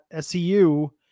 seu